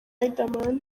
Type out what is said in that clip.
riderman